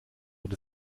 wird